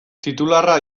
titularra